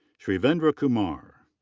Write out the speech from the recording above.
shivendra kumar.